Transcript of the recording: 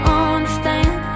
understand